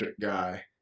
guy